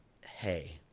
Hey